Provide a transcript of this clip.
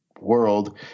world